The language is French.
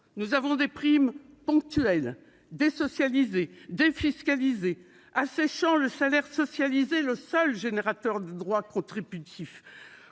nous avons des primes ponctuelles, désocialisées, défiscalisées, asséchant le salaire socialisé- or c'est le seul qui soit générateur de droits contributifs